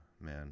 man